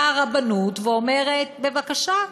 באה הרבנות ואומרת: בבקשה,